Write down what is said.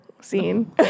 scene